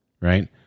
Right